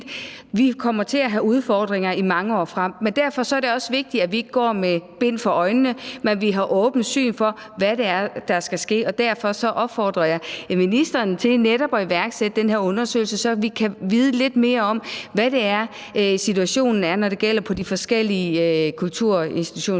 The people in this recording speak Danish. vi kommer til at have udfordringer i mange år frem. Derfor er det også vigtigt, at vi ikke går med bind for øjnene, men at vi har et åbent syn på, hvad det er, der skal ske. Og derfor opfordrer jeg ministeren til netop at iværksætte den her undersøgelse, så vi kan vide lidt mere om, hvordan situationen er, når det gælder de forskellige kulturinstitutioners